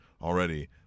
already